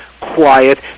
quiet